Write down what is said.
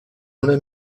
una